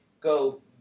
Go